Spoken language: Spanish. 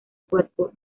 cuerpo